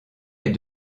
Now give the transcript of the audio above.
est